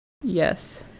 yes